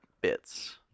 bits